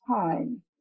time